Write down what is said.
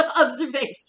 observation